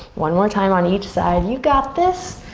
one more time on each side, you got this.